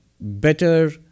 better